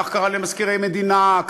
כך קרה למזכירי מדינה,